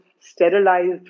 sterilized